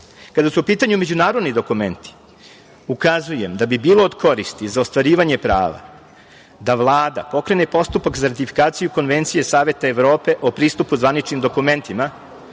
su u pitanju međunarodni dokumenti, ukazujem da bi bilo od koristi za ostvarivanje prava da Vlada pokrene postupak za ratifikaciju konvencije Saveta Evrope o pristupu zvaničnim dokumentima